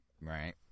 Right